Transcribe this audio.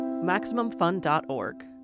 Maximumfun.org